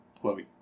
Chloe